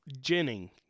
Jennings